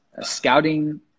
scouting